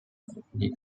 accompany